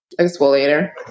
exfoliator